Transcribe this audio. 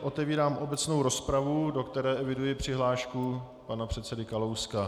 Otevírám tedy obecnou rozpravu, do které eviduji přihlášku pana předsedy Kalouska.